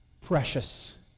precious